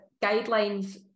guidelines